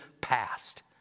past